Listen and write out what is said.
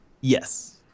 Yes